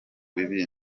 bibi